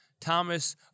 Thomas